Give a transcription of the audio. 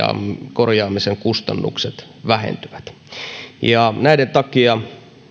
korjaamisen kustannukset vähentyvät näiden takia